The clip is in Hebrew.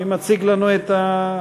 מי מציג לנו את,